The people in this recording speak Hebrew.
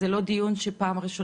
זה לא דיון שמתקיים כאן בפעם הראשונה.